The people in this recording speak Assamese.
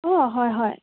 অঁ হয় হয়